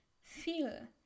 feel